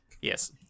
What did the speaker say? Yes